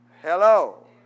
Hello